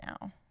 now